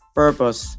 purpose